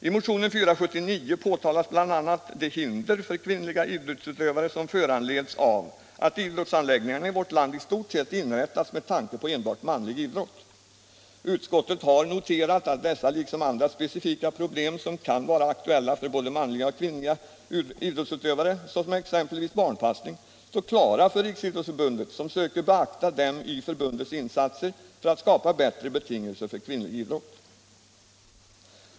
I motionen 479 påpekas bl.a. de hinder för kvinnliga idrottsutövare som föranleds av att idrottsanläggningarna i vårt land i stort sett inrättats med tanke på enbart manlig idrott. Utskottet har noterat att dessa, liksom andra specifika problem som kan vara aktuella för både manliga och kvinnliga idrottsutövare, såsom exempelvis barnpassning, står klara för Riksidrottsförbundet, som söker beakta dem i förbundets insatser för att skapa bättre betingelser för kvinnlig idrott.